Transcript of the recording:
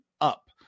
up